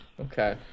Okay